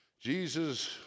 Jesus